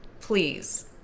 Please